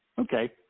Okay